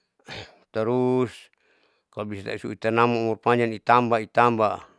tarus kalo bisa itasuru namur panjang nitamba nitamba.